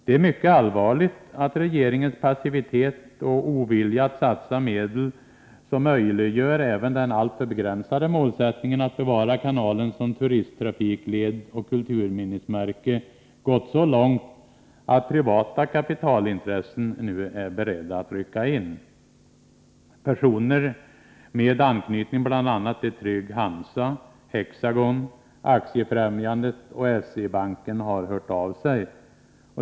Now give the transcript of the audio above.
Det är mycket allvarligt att regeringens passivitet och ovilja att satsa medel som möjliggör även den alltför begränsade målsättningen att bevara kanalen som turisttrafikled och kulturminnesmärke har gått så långt att privata kapitalintressen nu är beredda att rycka in. Personer med anknytning till bl.a. Trygg-Hansa, Hexagon, Aktiefrämjandet och SE-banken har hört av sig.